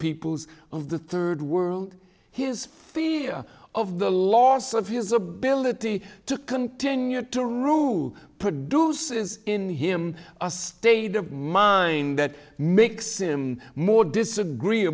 peoples of the third world his fear of the loss of his ability to continue to rue produces in him a state of mind that makes him more disagree